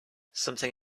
something